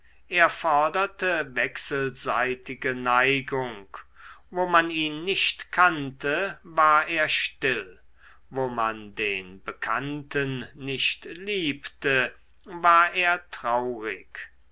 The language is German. er forderte wechselseitige neigung wo man ihn nicht kannte war er still wo man den bekannten nicht liebte war er traurig